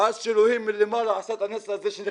עד שאלוהים מלמעלה עשה את הנס הזה,